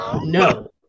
no